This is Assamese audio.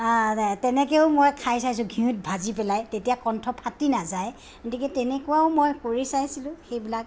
তেনেকেও মই খাই চাইছোঁ ঘিউত ভাজি পেলাই তেতিয়া কণ্ঠ ফাটি নাযায় গতিকে তেনেকুৱাও মই কৰি চাইছিলোঁ সেইবিলাক